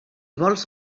vols